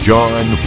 John